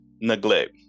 neglect